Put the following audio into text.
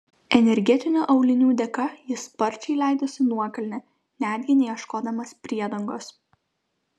energetinių aulinių dėka jis sparčiai leidosi nuokalne netgi neieškodamas priedangos